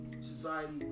society